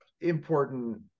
important